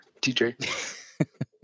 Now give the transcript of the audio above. TJ